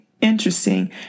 interesting